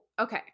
okay